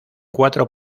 cuatro